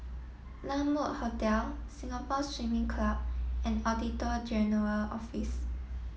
La Mode Hotel Singapore Swimming Club and Auditor General's Office